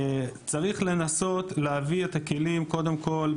צריך לנסות להביא את הכלים קודם כל,